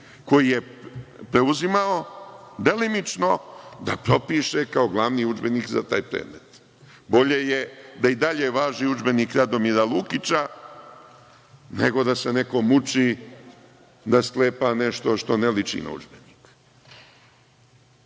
koji je preuzimao delimično da propiše kao glavni udžbenik za taj predmet. Bolje je da i dalje važi udžbenik Radomira Lukića, nego da se neko muči da sklepa nešto što ne liči na udžbenik. Mi